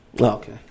Okay